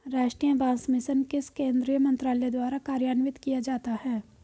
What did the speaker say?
राष्ट्रीय बांस मिशन किस केंद्रीय मंत्रालय द्वारा कार्यान्वित किया जाता है?